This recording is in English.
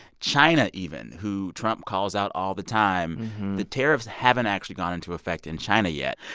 china even, who trump calls out all the time the tariffs haven't actually gone into effect in china yet.